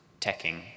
teching